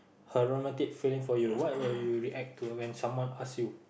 her romantic feeling for you what will you react to when someone ask you